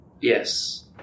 Yes